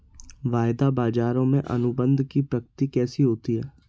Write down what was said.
वायदा बाजारों में अनुबंध की प्रकृति कैसी होती है?